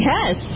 Yes